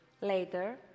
later